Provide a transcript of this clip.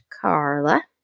Carla